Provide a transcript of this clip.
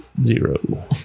zero